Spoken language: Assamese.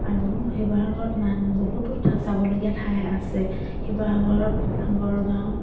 আৰু শিৱসাগৰত নান বহুতো চাবলগীয়া ঠাই আছে শিৱসাগৰত গড়গাঁও